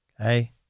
Okay